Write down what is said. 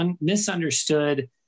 misunderstood